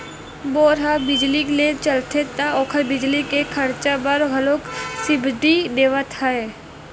bore ह बिजली ले चलथे त ओखर बिजली के खरचा बर घलोक सब्सिडी देवत हे